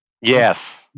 Yes